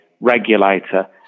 regulator